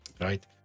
right